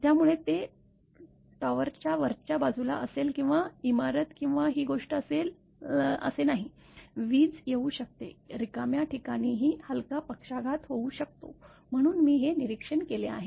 त्यामुळे ते टॉवरच्या वरच्या बाजूला असेल किंवा इमारत किंवा ही गोष्ट असेल असे नाही वीज येऊ शकते रिकाम्या ठिकाणीही हलका पक्षाघात होऊ शकतो म्हणून मी हे निरीक्षण केले आहे